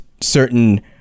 certain